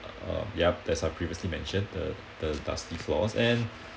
uh ya that's I previously mentioned the the dusty floors and